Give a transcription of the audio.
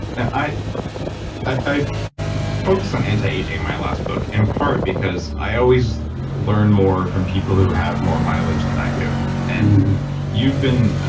now i i focused on anti-aging in my last book in part because i always learn more from people who have more mileage than i do and you've been.